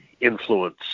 influence